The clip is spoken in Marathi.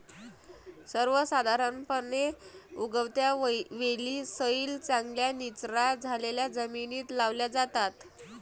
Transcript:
सर्वसाधारणपणे, उगवत्या वेली सैल, चांगल्या निचरा झालेल्या जमिनीत लावल्या जातात